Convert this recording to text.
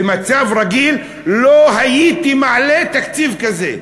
במצב רגיל לא הייתי מעלה תקציב כזה.